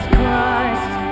Christ